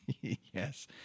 Yes